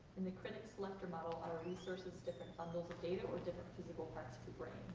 in the? lecter? model, are resources different bundles of data or different physical parts of the brain?